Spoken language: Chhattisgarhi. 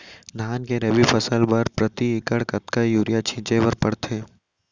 धान के रबि फसल बर प्रति एकड़ कतका यूरिया छिंचे बर पड़थे?